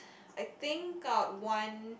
I think got one